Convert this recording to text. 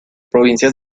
provincias